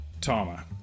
Tama